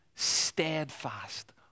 steadfast